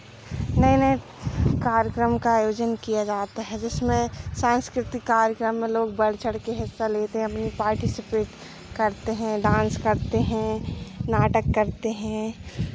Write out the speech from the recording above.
नए नए कार्यक्रम का आयोजन किया जाता है जिसमें सांस्कृतिक कार्यक्रम में लोग बढ़ चढ़ के हिस्सा लेते हैं अपनी पार्टीसिपेट करते हैं डांस करते हैं नाटक करते हैं